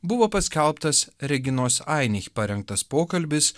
buvo paskelbtas reginos ainich parengtas pokalbis